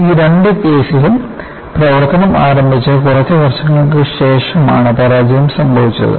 ഈ രണ്ട് കേസുകളിലും പ്രവർത്തനം ആരംഭിച്ച കുറച്ച് വർഷങ്ങൾക്ക് ശേഷമാണ് പരാജയം സംഭവിച്ചത്